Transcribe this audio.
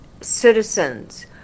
citizens